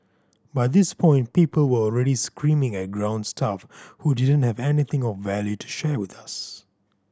by this point people were already screaming at ground staff who didn't have anything of value to share with us